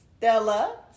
Stella